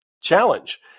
challenge